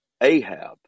Ahab